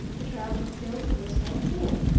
the traveling salesman was no fool.